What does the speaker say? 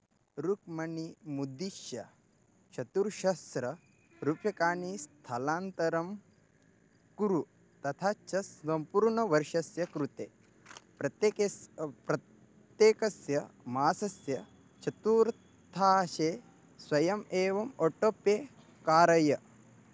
रुक्मणीमुद्दिश्य चतुर्सहस्ररूप्यकाणि स्थानान्तरं कुरु तथा च संपूर्णवर्षस्य कृते प्रत्येकस्य प्रत्येकस्य मासस्य चतूर्थांशे स्वयम् एवम् आटो पे कारय